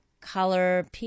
color